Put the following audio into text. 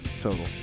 Total